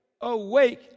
awake